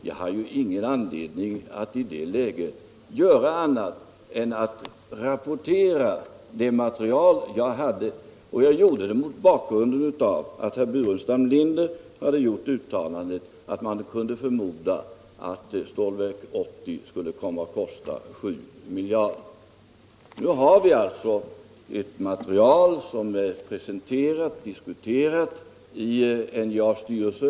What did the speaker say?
Jag hade ingen anledning att i det läget göra något annat än att rapportera i riksdagen om det material jag hade och det gjorde jag mot bakgrund av att herr Burenstam Linder hade gjort uttalanden om att man kunde förmoda att Stålverk 80 skulle komma att kosta 7 miljarder. Nu har vi alltså ett material som är presenterat och diskuterat i NJA:s styrelse.